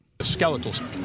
Skeletal